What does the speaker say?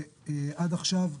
עד עכשיו,